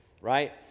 right